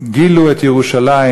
גילו את ירושלים